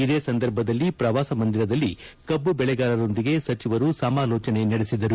ಇದೇ ಸಂದರ್ಭದಲ್ಲಿ ಪ್ರವಾಸ ಮಂದಿರದಲ್ಲಿ ಕಬ್ಬು ಗಾರರೊಂದಿಗೆ ಸಚಿವರು ಸಮಾಲೋಚನೆ ನಡೆಸಿದರು